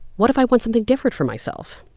what if i want something different for myself?